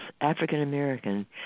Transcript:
African-American